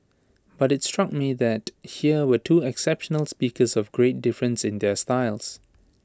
but IT struck me that here were two exceptional speakers of great difference in their styles